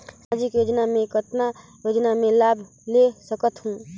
समाजिक योजना मे कतना योजना मे लाभ ले सकत हूं?